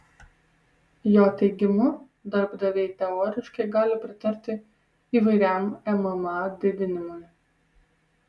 jo teigimu darbdaviai teoriškai gali pritarti įvairiam mma didinimui